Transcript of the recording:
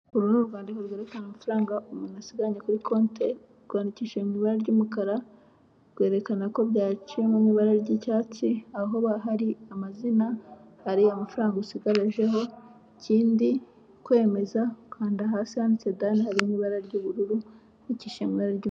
Uruhu rwandiko rufite amafaranga umuntu asigaranye kuri konti rwandikije mu ibara ry'umukara rwerekana ko byaciye mu ibara ry'icyatsi, ahaba hari amazina, ahari amafaranga usigajeho ikindi kwemeza ukanda hasi handitse dane hari mu ibara ry'ubururu handikishije mu ibara ry'umukara.